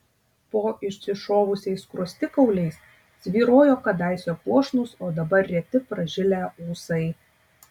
po išsišovusiais skruostikauliais svyrojo kadaise puošnūs o dabar reti pražilę ūsai